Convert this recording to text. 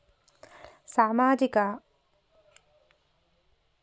సామాజిక రంగ పథకాలు కావాలంటే ఎవరు అర్హులు?